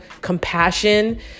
compassion